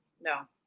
No